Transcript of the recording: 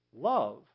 Love